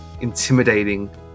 intimidating